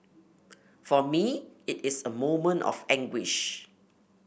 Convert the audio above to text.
for me it is a moment of anguish